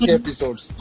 episodes